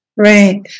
Right